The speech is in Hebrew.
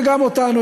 וגם אותנו,